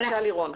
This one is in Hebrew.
בבקשה, לירון.